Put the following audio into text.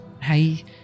Hey